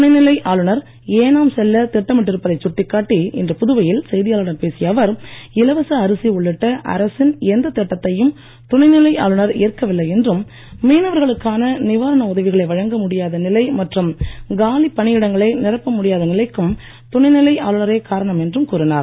துணைநிலை ஆளுனர் ஏனாம் செல்லத் திட்டமிட்டிருப்பதைச் சுட்டிக்காட்டி இன்று புதுவையில் செய்தியாளர்களிடம் பேசிய அவர் இலவச அரிசி உள்ளிட்ட அரசின் எந்தத் திட்டத்தையும் துணைநிலை ஆளுனர் ஏற்கவில்லை என்றும் மீனவர்களுக்கான நிவாரண உதவிகளை வழங்க முடியாத நிலை மற்றும் காலிப் பணியிடங்களை நிரப்ப முடியாத நிலைக்கும் துணைநிலை ஆளுனரே காரணம் என்று கூறினார்